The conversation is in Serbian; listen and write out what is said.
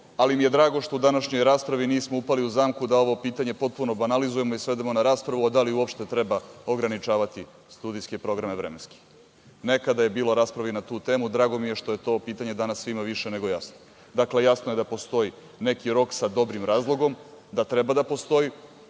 ali mi je drago što u današnjoj raspravi nismo upali u zamku da ovo pitanje potpuno banalizujemo i svedemo na raspravu da li uopšte treba ograničavati studijske programe vremenski. Nekada je bilo rasprave i na tu temu. Drago mi je što je to pitanje danas svima više nego jasno. Dakle, jasno je da postoji neki rok sa dobrim razlogom, da treba da postoji.